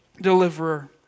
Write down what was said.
deliverer